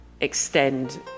extend